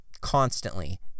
constantly